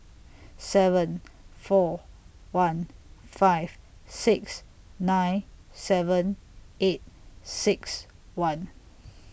seven four one five six nine seven eight six one